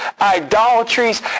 idolatries